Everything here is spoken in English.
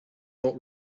not